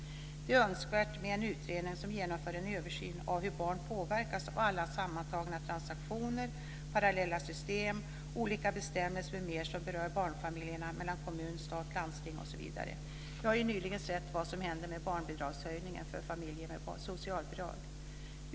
Det är önskvärt med en utredning som genomför en översyn av hur barn påverkas av alla sammantagna transaktioner, parallella system, olika bestämmelser m.m. som berör barnfamiljerna mellan kommun, stat, landsting osv. Vi har ju nyligen sett vad som hände med barnbidragshöjningen för familjer med socialbidrag.